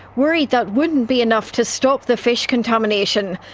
worried that wouldn't be enough to stop the fish contamination,